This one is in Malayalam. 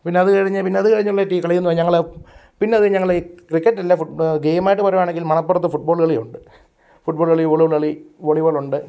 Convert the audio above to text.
പിന്നെ അതുകഴിഞ്ഞ് പിന്നെ അത് കഴിഞ്ഞുള്ള കളിയെന്ന് പറഞ്ഞാൽ ഞങ്ങൾ പിന്നെ അത് കഴിഞ്ഞ് ഞങ്ങൾ ക്രിക്കറ്റല്ല ഗെയിമായിട്ട് പറയുകയാണെങ്കിൽ മണപ്പുറത്ത് ഫുട്ബോൾ കളിയുണ്ട് ഫുട്ബോൾ കളി വോളിബോൾ കളി വോളിബോളുണ്ട്